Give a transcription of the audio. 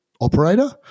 operator